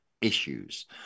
issues